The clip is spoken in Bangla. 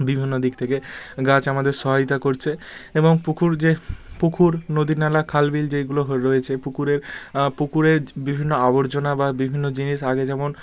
বিভিন্ন দিক থেকে গাছ আমাদের সহায়তা করছে এবং পুকুর যে পুকুর নদী নালা খাল বিল যেইগুলো হ রয়েছে পুকুরের পুকুরের বিভিন্ন আবর্জনা বা বিভিন্ন জিনিস আগে যেমন